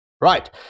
Right